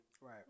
Right